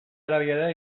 arabiara